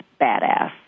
Badass